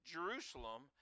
Jerusalem